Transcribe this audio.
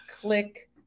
click